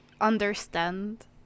understand